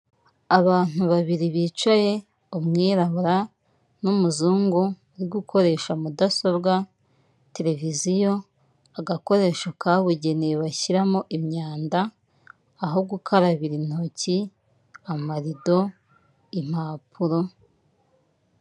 Abantu babiri bicaye umwirabura numuzungu urigukoresha mudasobwa, televiziyo, agakoresho kabugenewe bashyiramo imyanda, aho gukarabira intoki, amarido, impapuro.